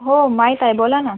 हो माहीत आहे बोला ना